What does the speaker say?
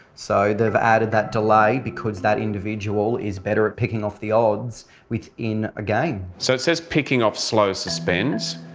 so they've added that delay because that individual is better at picking off the odds within a game. so it says, picking off slow suspends.